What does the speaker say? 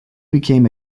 became